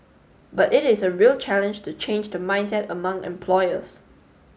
but it is a real challenge to change the mindset among employers